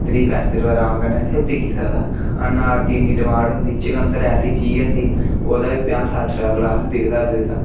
त्रीह् पैंत्ती रपेऽ दा अराम कन्नै इत्थै बिकी सकदा अनार दी इन्नी डिमांड होंदी चकंदर ऐसी चीज़ चीज होंदी ओह्दा बी पन्जाह् सट्ठ रपेऽ दा ग्लास बिकदा बिकदा